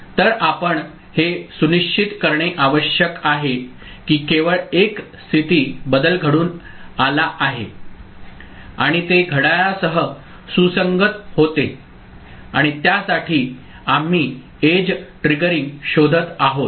तर आपण हे सुनिश्चित करणे आवश्यक आहे की केवळ एक स्थिती बदल घडून आला आहे आणि ते घड्याळासह सुसंगत होते आणि त्यासाठी आम्ही एज ट्रिगरिंग शोधत आहोत